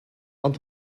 ond